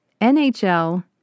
NHL